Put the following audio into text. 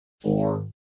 four